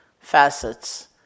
facets